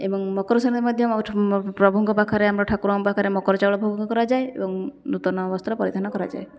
ଏବଂ ମକରସଂକ୍ରାନ୍ତି ମଧ୍ୟ ପ୍ରଭୁଙ୍କ ପାଖରେ ଆମ ଠାକୁରଙ୍କ ପାଖରେ ମକରଚାଉଳ ଭୋଗକରାଯାଏ ଏବଂ ନୂତନ ବସ୍ତ୍ର ପରିଧାନକରାଯାଏ